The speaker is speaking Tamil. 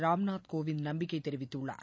ராம்நாத் கோவிந்த் நம்பிக்கை தெரிவித்துள்ளார்